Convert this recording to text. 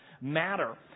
matter